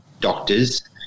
doctors